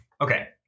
Okay